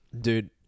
dude